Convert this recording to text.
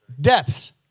depths